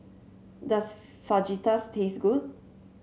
does Fajitas taste good